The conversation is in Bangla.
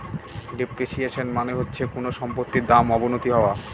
ডেপ্রিসিয়েশন মানে হচ্ছে কোনো সম্পত্তির দাম অবনতি হওয়া